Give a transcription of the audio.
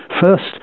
First